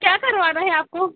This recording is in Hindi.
क्या करवाना है आपको